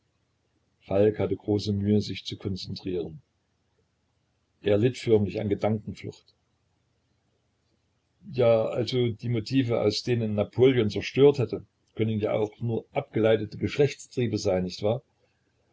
falk hatte große mühe sich zu konzentrieren er litt förmlich an gedankenflucht ja also die motive aus denen napoleon zerstört hatte können ja auch nur abgeleitete geschlechtstriebe sein nicht wahr